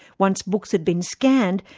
once books had been scanned,